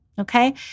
okay